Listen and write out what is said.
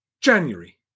January